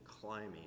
climbing